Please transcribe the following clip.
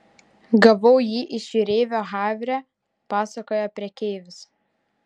gavau jį iš jūreivio havre pasakojo prekeivis